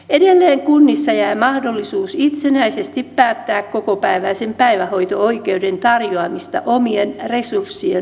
edelleen kunnissa jää mahdollisuus itsenäisesti päättää kokopäiväisen päivähoito oikeuden tarjoamisesta omien resurssien mukaan